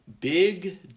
Big